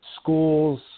schools